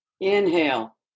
inhale